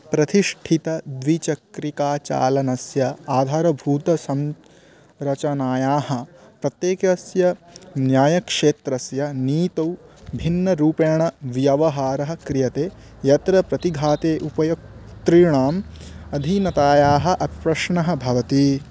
प्रतिष्ठितद्विचक्रिकाचालनस्य आधारभूतसंरचनायाः प्रत्येकस्य न्यायक्षेत्रस्य नीतौ भिन्नरूपेण व्यवहारः क्रियते यत्र प्रतिघाते उपयोक्तृणाम् अधीनतायाः अप्रश्नः भवति